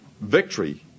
victory